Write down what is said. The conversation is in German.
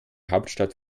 hauptstadt